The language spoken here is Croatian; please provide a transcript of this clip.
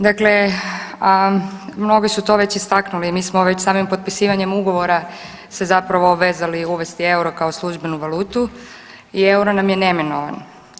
Dakle, a mnogi su to već istaknuli, mi smo već samim potpisivanjem ugovora se zapravo obvezali uvesti euro kao službenu valutu i euro nam je neminovan.